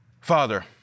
Father